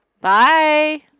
Bye